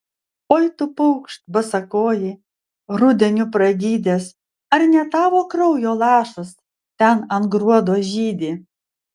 oi tu paukšt basakoji rudeniu pragydęs ar ne tavo kraujo lašas ten ant gruodo žydi